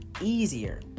easier